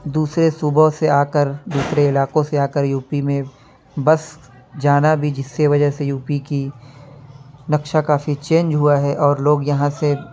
دوسرے صوبوں سے آ کر دوسرے علاقوں سے آ کر یو پی میں بس جانا بھی جس سے وجہ سے یو پی کی نقشہ کافی چینج ہوا ہے اور لوگ یہاں سے